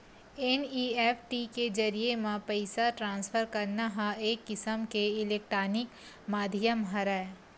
NEFT के जरिए म पइसा ट्रांसफर करना ह एक किसम के इलेक्टानिक माधियम हरय